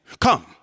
Come